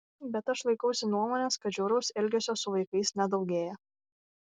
bet aš laikausi nuomonės kad žiauraus elgesio su vaikais nedaugėja